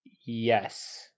Yes